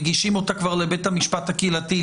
מגישים אותה כבר לבית המשפט הקהילתי,